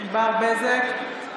בזק,